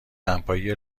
دمپایی